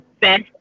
best